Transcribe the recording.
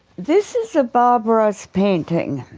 this is a bob ross painting.